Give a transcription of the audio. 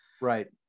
right